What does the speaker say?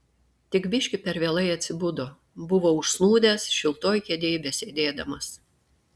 tik biški per vėlai atsibudo buvo užsnūdęs šiltoj kėdėj besėdėdamas